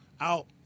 out